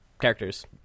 characters